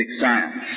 science